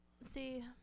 see